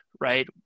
right